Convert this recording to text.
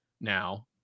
now